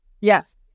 Yes